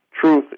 Truth